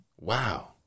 Wow